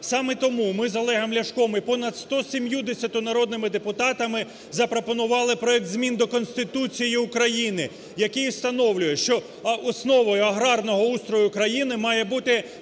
Саме тому ми з Олегом Ляшком і понад 170 народними депутатами запропонували проект змін до Конституції України, який встановлює, що основою аграрного устрою України має бути